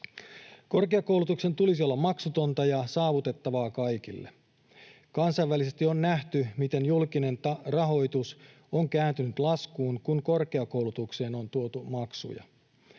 Korkeakoulutuksen tulisi olla maksutonta ja saavutettavaa kaikille. Kansainvälisesti on nähty, miten julkinen rahoitus on kääntynyt laskuun, kun korkeakoulutukseen on tuotu maksuja.